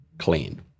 clean